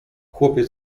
chłopiec